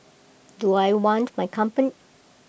do I want my